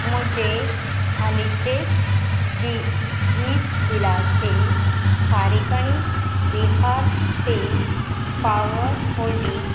म्हजें हालीचेंच बी वीज बिलाचे फारीकणी बिहार स्टेट पावर होल्डिंग